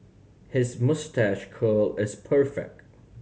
his moustache curl is perfect